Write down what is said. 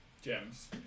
gems